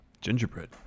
Gingerbread